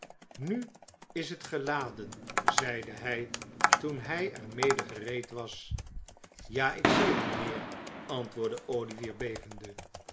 nu is het geladen zeide hij toen hij er mede gereed was ja ik zie het mijnheer antwoordde olivier bevende